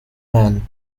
man